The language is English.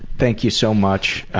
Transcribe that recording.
thank you so much.